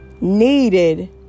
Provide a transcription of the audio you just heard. needed